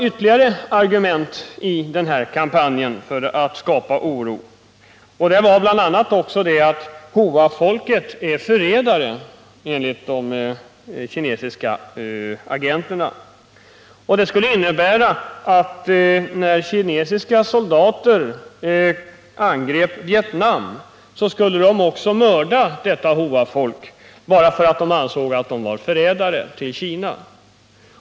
Ytterligare argument i den här kampanjen för att skapa oro var bl.a. att Hoafolket är förrädare enligt de kinesiska agenterna. Det skulle innebära att när kinesiska soldater angrep Vietnam, skulle de också mörda detta Hoafolk bara för att de ansåg att Hoa var förrädare mot Kina.